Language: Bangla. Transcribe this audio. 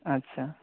আচ্ছা